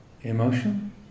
emotion